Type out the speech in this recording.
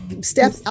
step